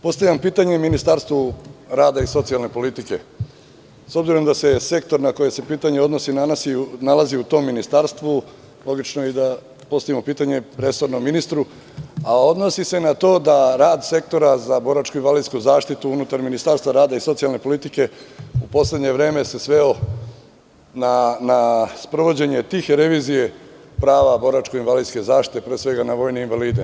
Poštovane kolege, postavljam pitanje Ministarstvu rada i socijalne politike, s obzirom da se sektor na koji se pitanje odnosi nalazi u tom ministarstvu, logično je da postavimo pitanje resornom ministru, a odnosi se na to da rad Sektora za boračko-invalidsku zaštitu unutar Ministarstva rada i socijalne politike u poslednje vreme se sveo na sprovođenje tihe revizije prava boračko-invalidske zaštite, pre svega na vojne invalide.